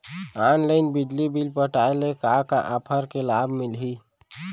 Online बिजली bill पटाय ले का का ऑफ़र के लाभ मिलही?